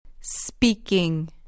speaking